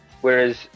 Whereas